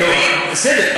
בסדר,